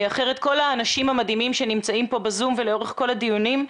אחרת כל האנשים המדהימים שנמצאים פה בזום ולאורך כל הדיונים,